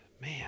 man